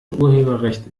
urheberrecht